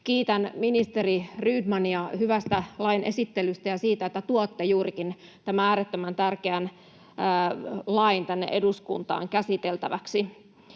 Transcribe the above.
Kiitän ministeri Rydmania hyvästä lain esittelystä ja siitä, että tuotte juurikin tämän äärettömän tärkeän lain tänne eduskuntaan käsiteltäväksi.